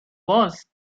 was